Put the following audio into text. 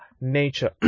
nature